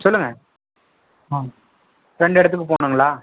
சொல்லுங்கள் ரெண்டு இடத்துக்கு போகனுங்களா